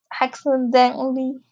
accidentally